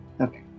Okay